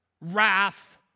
wrath